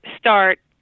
start